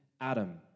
Adam